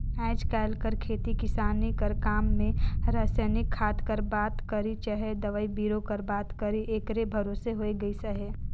आएज काएल कर खेती किसानी कर काम में रसइनिक खाद कर बात करी चहे दवई बीरो कर बात करी एकरे भरोसे होए गइस अहे